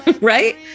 right